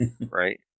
Right